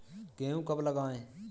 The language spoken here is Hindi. गेहूँ कब लगाएँ?